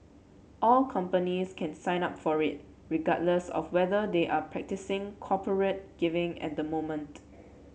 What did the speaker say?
all companies can sign up for it regardless of whether they are practising corporate giving at the moment